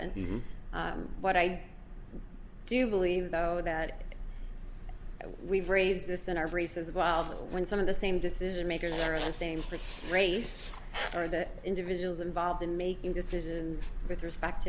and what i do believe though that we've raised this in our races well when some of the same decision makers are in same race or the individuals involved in making decisions with respect